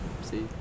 see